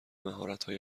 مهارتهای